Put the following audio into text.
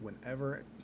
whenever